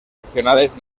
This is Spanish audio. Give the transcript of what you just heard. regionales